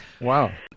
Wow